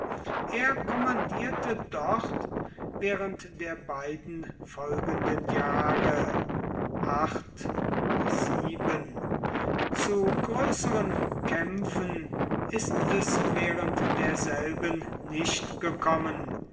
er kommandierte dort während der beiden folgenden zu größeren kämpfen ist es während derselben nicht gekommen